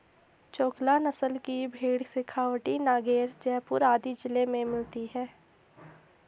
चोकला नस्ल की भेंड़ शेखावटी, नागैर, जयपुर आदि जिलों में मिलती हैं